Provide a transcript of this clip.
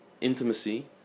intimacy